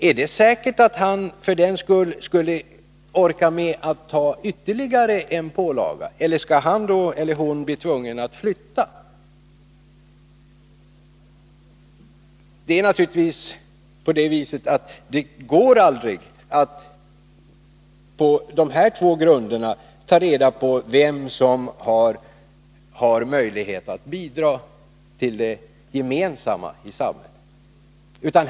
Är det säkert att han för den skull orkar med att ta ytterligare en pålaga? Eller skall han bli tvungen att flytta? Det går naturligtvis aldrig att på dessa båda grunder fastställa vem som har möjlighet att bidra till det gemensamma i samhället.